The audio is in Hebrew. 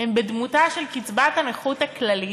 הן בדמותה של קצבת הנכות הכללית,